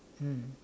mm